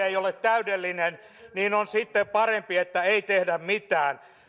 ei ole täydellinen mielestänne on sitten parempi että ei tehdä mitään